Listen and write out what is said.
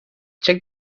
check